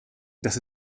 das